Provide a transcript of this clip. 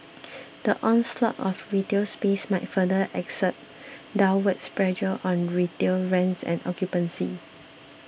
the onslaught of retail space might further exert downward pressure on retail rents and occupancy